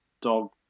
dog